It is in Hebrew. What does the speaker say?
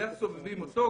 "והסובבים אותו".